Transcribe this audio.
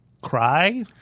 cry